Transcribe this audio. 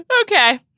Okay